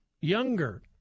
younger